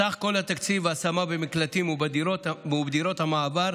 סך כול תקציב ההשמה במקלטים ובדירות המעבר